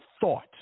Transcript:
thought